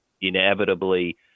inevitably